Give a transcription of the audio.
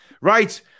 right